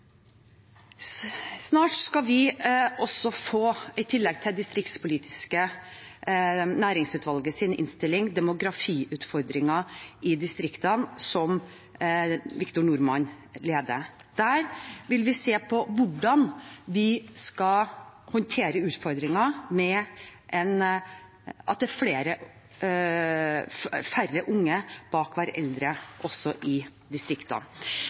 i tillegg til distriktsnæringsutvalgets innstilling, en utredning om demografiutfordringer i distriktene, som Victor Norman leder arbeidet med. Der vil vi se på hvordan vi skal håndtere utfordringen med at det er færre unge bak hver eldre person også i